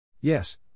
Yes